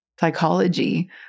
psychology